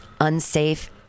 unsafe